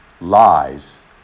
lies